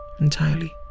entirely